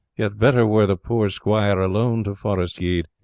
yet better were, the poor squyere alone to forest yede,